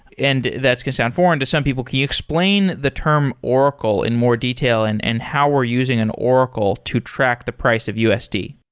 and that's going to sound foreign to some people. can you explain the term oracle in more detail and and how we're using an oracle to track the price of usd?